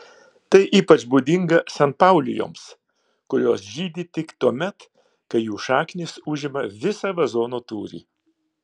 tai ypač būdinga sanpaulijoms kurios žydi tik tuomet kai jų šaknys užima visą vazono tūrį